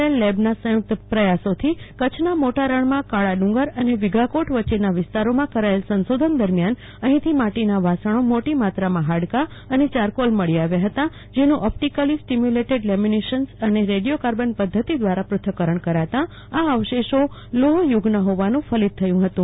L લેબના સંયુક્ત પ્રયાસોથી કચ્છના મોટા રણમાં કાળાડુંગર અને વિઘકોત વચ્ચેના વિસ્તારોમાં કરાયેલ સંશોધન દરમિયાન અહીંથી માટીના વાસણો મોટી માત્રામાં હાડકા અને ચારકોલ મળી આવ્યા હતા જેનું ઓપ્ટીકલી લ્યુમીનેશન્સ અને રેડિયોકાર્બન પધ્ધતિ દ્વારા પૃથક્કરણ કરાતાં આ અવશેષો લોહયુગના હોવાનું ફલિત થયું હતું